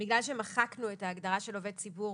בגלל שמחקנו את ההגדרה של עובד ציבור,